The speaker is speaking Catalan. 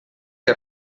que